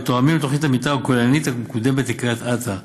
ותואמים את תוכנית המתאר הכוללנית המקודמת לקריית אתא,